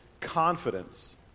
confidence